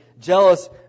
jealous